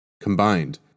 Combined